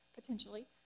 potentially